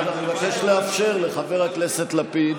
אנחנו נבקש לאפשר לחבר הכנסת לפיד